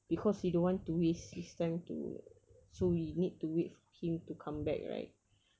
because we don't want to waste his time to so we need to wait for him to come back right